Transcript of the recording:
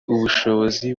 ubushobozi